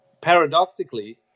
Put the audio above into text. Paradoxically